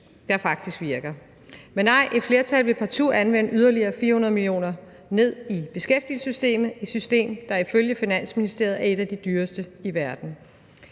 der faktisk virker. Men nej, et flertal vil partout anvende yderligere 400 mio. kr. i beskæftigelsessystemet – et system, der ifølge Finansministeriet er et af de dyreste i verden.